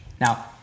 now